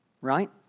right